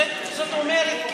זאת אומרת,